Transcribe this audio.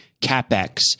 capex